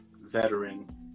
veteran